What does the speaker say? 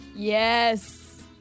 Yes